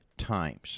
times